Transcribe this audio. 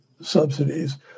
subsidies